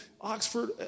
Oxford